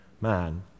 man